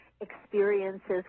experiences